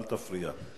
אל תפריע.